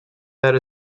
that